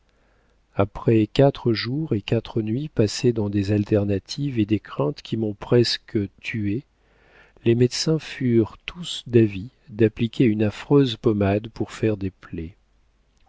après quatre jours et quatre nuits passés dans des alternatives et des craintes qui m'ont presque tuée les médecins furent tous d'avis d'appliquer une affreuse pommade pour faire des plaies